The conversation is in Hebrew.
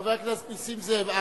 חבר הכנסת נסים זאב,